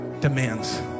demands